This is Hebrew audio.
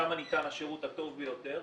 שם ניתן השירות הטוב ביותר.